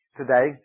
today